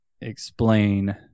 explain